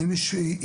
האם יש התפלגות,